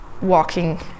walking